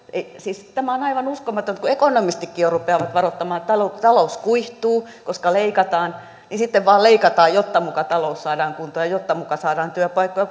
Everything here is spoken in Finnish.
siis tämä on aivan uskomatonta että kun ekonomistitkin jo rupeavat varoittamaan että talous talous kuihtuu koska leikataan niin sitten vain leikataan jotta muka talous saadaan kuntoon ja jotta muka saadaan työpaikkoja